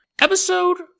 Episode